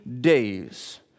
days